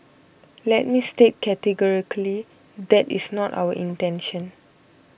let me state categorically that is not our intention